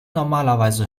normalerweise